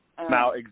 Now